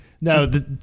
No